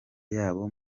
yabo